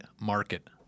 market